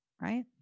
right